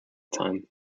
time